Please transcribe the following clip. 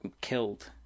killed